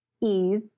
ease